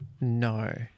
No